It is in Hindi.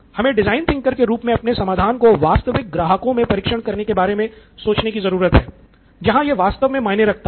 हमे डिजाइन थिंकर के रूप में अपने समाधान को वास्तविक ग्राहक स्थितियों में परीक्षण करने के बारे में सोचने की जरूरत है जहां यह वास्तव में मायने रखता है